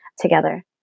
together